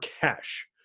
cash